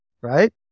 Right